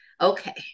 Okay